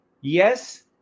yes